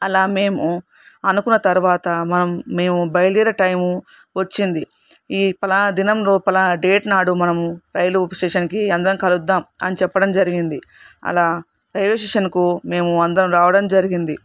అలా మేము అనుకున్న తర్వాత మనం మేము బయలుదేరే టైము వచ్చింది ఈ పలానా దినం లోపల డేట్ నాడు మనము రైలు స్టేషన్కి అందరం కలుద్దాం అని చెప్పడం జరిగింది అలా రైల్వే స్టేషన్కు మేము అందరం రావడం జరిగింది